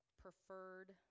preferred